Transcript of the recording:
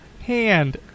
Hand